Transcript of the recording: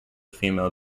female